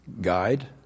guide